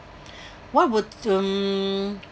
what would mm